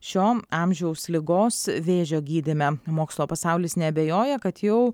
šio amžiaus ligos vėžio gydyme mokslo pasaulis neabejoja kad jau